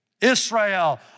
Israel